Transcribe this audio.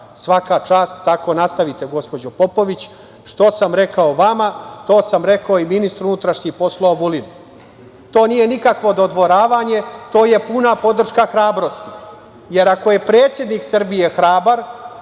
Svaka čast, tako nastavite gospođo Popović. Što sam rekao vama, to sam rekao i ministru unutrašnjih poslova Vulinu. To nije nikakvo dodvoravanje, to je puna podrška hrabrosti, jer ako je predsednik Srbije hrabar,